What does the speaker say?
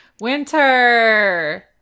Winter